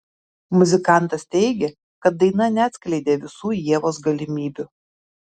muzikantas teigė kad daina neatskleidė visų ievos galimybių